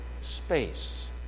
space